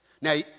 Now